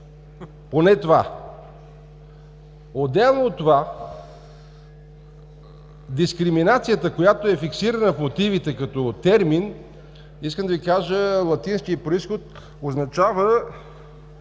поне това. Отделно дискриминацията, която е фиксирана в мотивите като термин, искам да Ви кажа, латинският произход означава